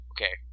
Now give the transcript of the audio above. Okay